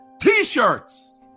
t-shirts